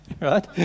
right